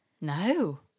No